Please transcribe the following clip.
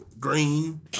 Green